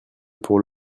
pour